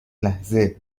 لحظه